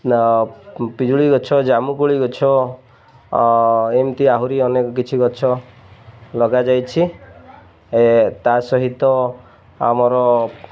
ପିଜୁଳି ଗଛ ଜାମୁକୋଳି ଗଛ ଏମିତି ଆହୁରି ଅନେକ କିଛି ଗଛ ଲଗାଯାଇଛି ତା ସହିତ ଆମର